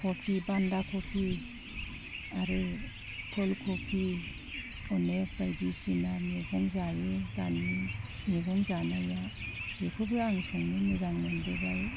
कबि बान्दाकबि आरो फुलकबि अनेग बायदिसिना मैगं जायो दानि मैगं जानाया बेखौबो आं संनो मोजां मोनबोबाय